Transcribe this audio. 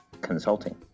consulting